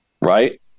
Right